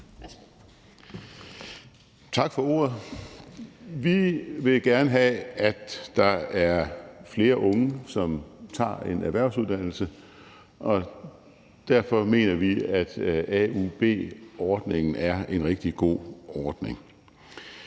Tak for ordet. Vi vil gerne have, at der er flere unge, som tager en erhvervsuddannelse, og derfor mener vi, at AUB-ordningen er en rigtig god ordning.